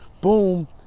boom